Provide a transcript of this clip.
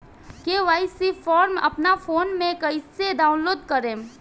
KYC form अपना phone मे कइसे डाऊनलोड करेम?